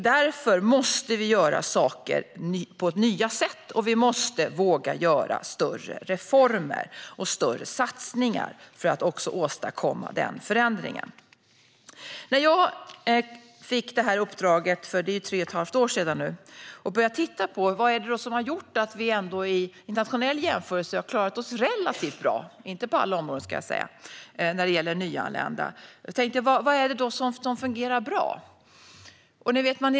Därför måste vi göra saker på nya sätt, och vi måste våga göra större reformer och satsningar för att åstadkomma denna förändring. När jag för tre och ett halvt år sedan fick detta uppdrag började jag titta på varför vi ändå, i en internationell jämförelse, har klarat oss relativt bra vad gäller nyanlända - dock inte alla områden. Men vad har fungerat bra?